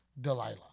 Delilah